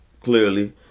clearly